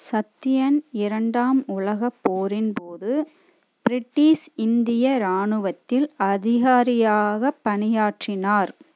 சத்தியன் இரண்டாம் உலகப் போரின்போது பிரிட்டிஸ் இந்திய ராணுவத்தில் அதிகாரியாக பணியாற்றினார்